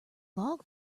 log